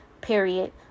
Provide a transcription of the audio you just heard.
period